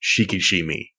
Shikishimi